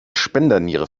spenderniere